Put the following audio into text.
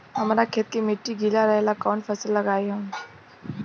हमरा खेत के मिट्टी गीला रहेला कवन फसल लगाई हम?